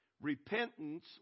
repentance